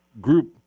group